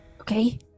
Okay